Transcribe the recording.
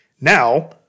Now